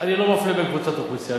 אני לא מפלה בין קבוצות אוכלוסייה,